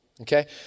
Okay